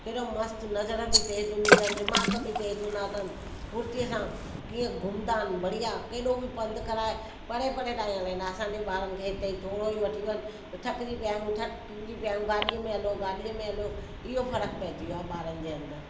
केॾो मस्तु नज़र बि तेज़ु हूंदी अथनि दिमाग़ बि तेज़ु हूंदा अथनि फुर्तीअ सां कीअं घुमंदा आहिनि बढ़िया केॾो बि पंधु कराए परे परे ताईं हलनि असांजे ॿारनि खे हिते ई थोरो ई वठी वञ त थकिजी पिया आहियूं थकिजी पिया आहियूं गाॾीअ में हलो गाॾीअ में हलो इहो फ़र्क़ु पेईजी वियो आहे ॿारनि जे अंदरि